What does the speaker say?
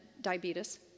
diabetes